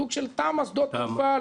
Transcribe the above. סוג של תמ"א שדות תעופה,